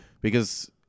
Because-